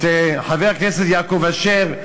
את חברי הכנסת יעקב אשר,